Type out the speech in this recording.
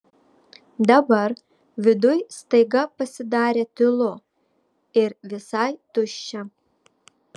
dabar viduj staiga pasidarė tylu ir visai tuščia